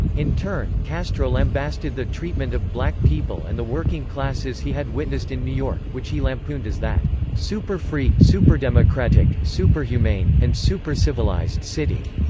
in turn, castro lambasted the treatment of black people and the working classes he had witnessed in new york, which he lampooned as that superfree, superdemocratic, superhumane, and supercivilized city.